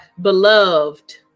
beloved